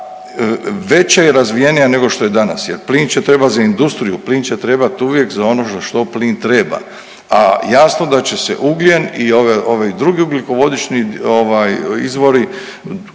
veća i razvijenija nego što je danas jer plin će trebat za industriju. Plin će treba uvijek za ono za što plin treba, a jasno da će se ugljen i ovi drugi ugljikovodični ovaj